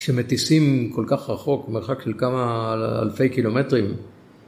שמטיסים כל כך רחוק, מרחק של כמה אלפי קילומטרים.